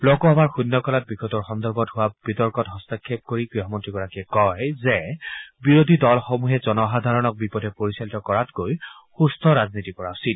লোকসভাৰ শূন্যকালত বিষয়টোৰ সন্দৰ্ভত হোৱা বিতৰ্কত হস্তক্ষেপ কৰি গৃহমন্ত্ৰীগৰাকীয়ে কয় যে বিৰোধী দলসমূহে জনসাধাৰণক বিপথে পৰিচালিত কৰাতৈ সুস্থ ৰাজনীতি কৰা উচিত